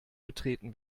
betreten